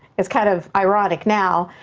it's kind of ironic now,